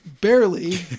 barely